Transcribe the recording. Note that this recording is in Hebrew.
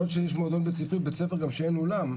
יכול להיות שיש מועדון בית ספרי גם בבית ספר שאין אולם.